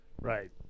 right